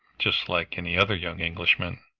just like any other young englishman.